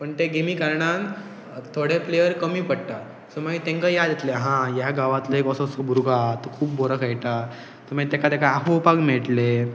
पण ते गेमी कारणान थोडे प्लेयर कमी पडटा सो मागीर तांकां याद येतलें हा ह्या गांवांतलो अससो असो भुरगो आहा तो खूब बरो खेळटा सो मागीर ताका ताका आपोवपाक मेळटलें